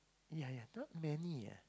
ya ya not many ah